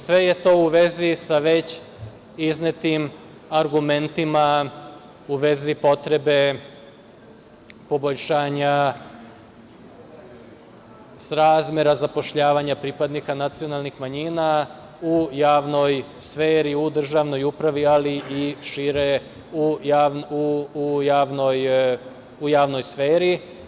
Sve je to u vezi sa već iznetim argumentima u vezi potrebe poboljšanja srazmera zapošljavanja pripadnika nacionalnih manjina u državnoj upravi, ali i šire, u javnoj sferi.